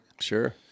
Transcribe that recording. Sure